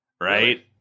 right